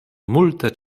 multe